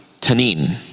Tanin